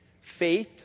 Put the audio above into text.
Faith